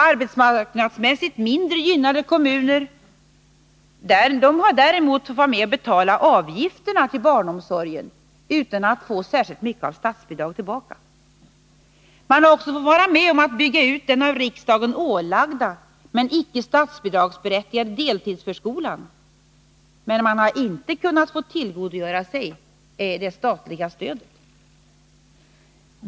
Arbetsmarknadsmässigt mindre gynnade kommuner har däremot fått vara med och betala avgifterna till barnomsorgen utan att få särskilt mycket av statsbidrag tillbaka. Man har också fått vara med om att bygga ut den av riksdagen ålagda men icke statsbidragsberättigade deltidsförskolan. Men man har inte kunnat tillgodogöra sig det statliga stödet.